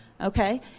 okay